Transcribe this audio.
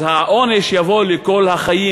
אז העונש יבוא לכל החיים,